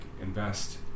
invest